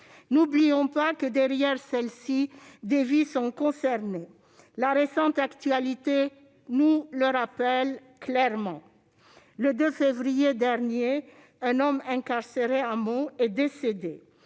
N'oublions pas que, derrière celle-ci, des vies sont concernées. La récente actualité nous le rappelle clairement. Le 2 février dernier, un homme incarcéré à Meaux est décédé